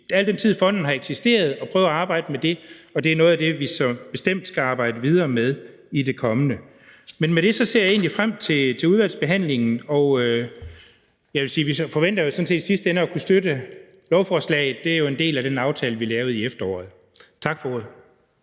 al den tid, fonden har eksisteret, at prøve at arbejde med det, og det er noget af det, vi bestemt skal arbejde videre med i det kommende arbejde. Med det ser jeg egentlig frem til udvalgsbehandlingen, og jeg vil sige, at vi sådan set forventer at kunne støtte lovforslaget i sidste ende; det er jo en del af den aftale, vi lavede i efteråret. Tak for ordet.